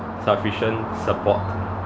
sufficient support